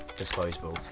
disposable.